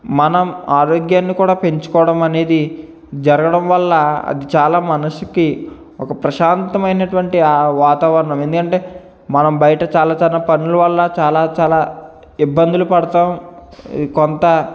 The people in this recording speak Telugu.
మనం ఆరోగ్యాన్ని కూడా పెంచుకోవడం అనేది జరగడం వల్ల అది చాలా మనస్సుకి ఒక ప్రశాంతమైనటువంటి వాతావరణము ఎందుకంటే మనం బయట చాలా చాలా పనులు వల్ల చాలా చాలా ఇబ్బందులు పడుతాము కొంత